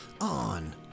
On